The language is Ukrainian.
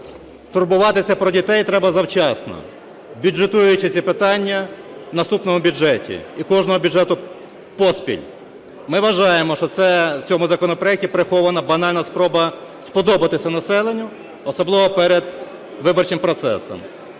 Турбуватися про дітей треба завчасно, бюджетуючи ці питання в наступному бюджеті, і кожного бюджету поспіль. Ми вважаємо, що в цьому законопроекті прихована банальна спроба сподобатися населенню, особливо перед виборчим процесом.